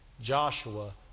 Joshua